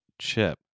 chip